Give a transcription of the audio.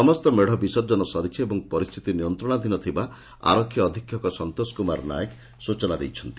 ସମସ୍ତ ମେତ୍ ବିସର୍ଜନ ସରିଛି ଏବଂ ପରିସ୍ତିତି ନିୟନ୍ତଶାଧୀନ ଥିବା ଆରକ୍ଷୀ ଅଧିକ୍ଷକ ସନ୍ତୋଷ କୁମାର ନାୟକ ସ୍ଚନା ଦେଇଛନ୍ତି